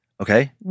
Okay